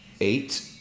eight